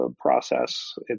process